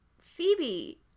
Phoebe